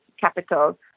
capital